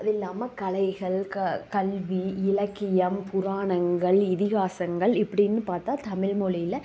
அதில்லாமல் கலைகள் க கல்வி இலக்கியம் புராணங்கள் இதிகாசங்கள் இப்படின்னு பார்த்தா தமிழ் மொழியில